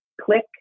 click